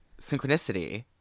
synchronicity